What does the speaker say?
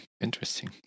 interesting